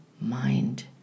mind